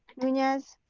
nunez,